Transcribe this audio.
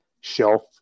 shelf